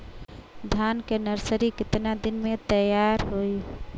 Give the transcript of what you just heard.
धान के नर्सरी कितना दिन में तैयार होई?